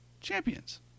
Champions